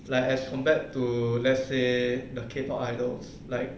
like as compared to let's say the K pop idols like